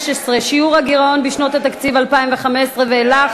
15) (שיעור הגירעון בשנות התקציב 2015 ואילך